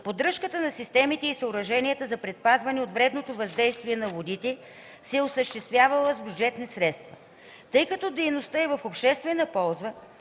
поддръжката на системите и съоръженията за предпазване от вредното въздействие на водите се е осъществявала с бюджетни средства. Тъй като дейността е в обществена полза,